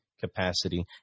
capacity